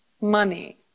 money